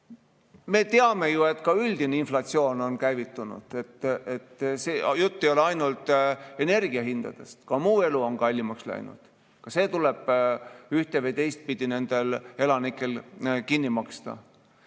Me teame ju, et ka üldine inflatsioon on käivitunud. Jutt ei ole ainult energiahindadest, ka muu elu on kallimaks läinud, ka see tuleb ühte-või teistpidi nendel elanikel kinni maksta.